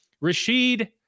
Rashid